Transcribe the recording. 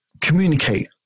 communicate